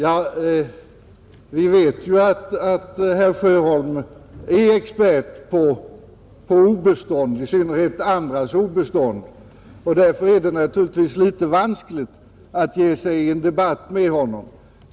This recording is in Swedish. Herr talman! Vi vet att herr Sjöholm är expert på obestånd, i synnerhet andras. Därför är det naturligtvis litet vanskligt att ge sig in i en debatt med honom.